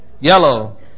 Yellow